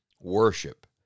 Worship